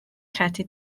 credu